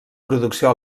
producció